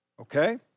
Okay